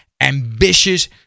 ambitious